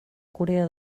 corea